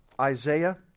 Isaiah